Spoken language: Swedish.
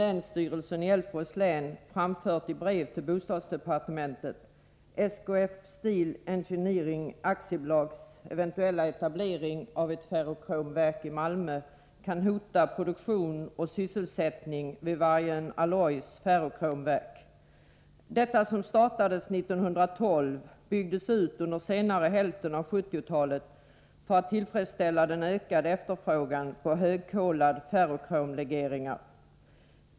Länsstyrelsen i Älvsborgs län har i brev till bostadsdepartementet meddelat att SKF Steel Engineering AB:s eventuella etablering av ett ferrokromverk i Malmö kan hota produktionen och sysselsättningen vid Vargön Alloys AB:s ferrokromverk. Verket startades 1912, och det byggdes ut under senare hälften av 1970-talet för att man skulle kunna tillfredsställa den ökade efterfrågan på högkolade ferrokromlegeringar.